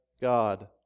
God